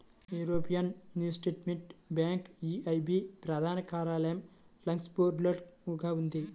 European investment bank EIB ప్రధాన కార్యాలయం లక్సెంబర్గ్లో ఉంది